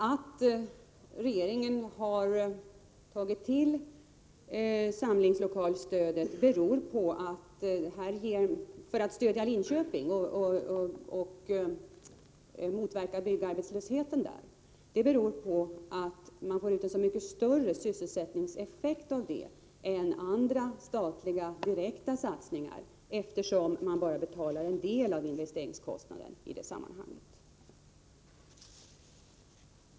Att regeringen har tagit till samlingslokalsstödet för att stödja Linköping och motverka byggarbetslösheten där beror på att man får ut en så mycket större sysselsättningseffekt av det än av andra statliga direkta satsningar, eftersom man bara betalar en del av investeringskostnaden i det sammanhanget.